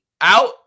out